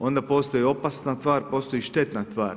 Onda postoji opasna tvar, postoji i štetna tvar.